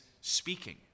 speaking